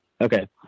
Okay